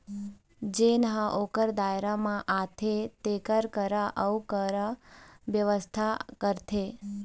जेन ह ओखर दायरा म आथे तेखर करा अउ कर बेवस्था करथे